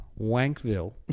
Wankville